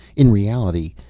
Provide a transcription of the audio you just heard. in reality,